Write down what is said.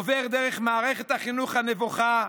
עובר דרך מערכת החינוך הנבוכה,